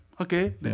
Okay